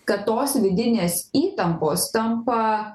kad tos vidinės įtampos tampa